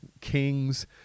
kings